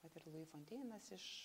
vat ir lui fonteinas iš